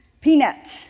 Peanuts